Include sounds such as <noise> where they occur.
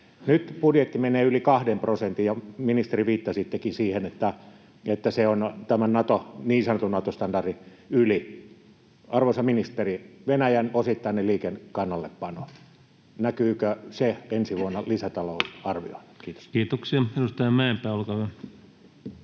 Nyt budjetti menee yli kahden prosentin, ja, ministeri, viittasittekin siihen, että se on tämän niin sanotun Nato-standardin yli. Arvoisa ministeri, näkyykö Venäjän osittainen liikennekannallepano <noise> ensi vuonna lisätalousarviossa? [Speech